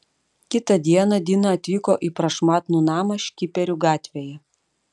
kitą dieną dina atvyko į prašmatnų namą škiperių gatvėje